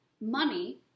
money